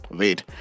wait